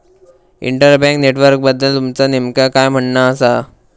inter bank नेटवर्कबद्दल तुमचा नेमक्या काय म्हणना आसा